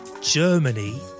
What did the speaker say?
Germany